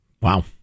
Wow